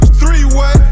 three-way